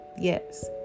Yes